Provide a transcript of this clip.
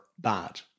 bad